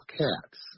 cats